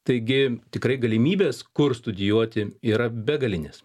taigi tikrai galimybės kur studijuoti yra begalinės